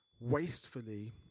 wastefully